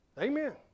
Amen